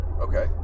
Okay